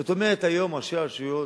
זאת אומרת, היום ראשי הרשויות